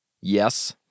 yes